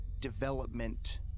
development